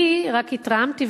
אני רק התרעמתי,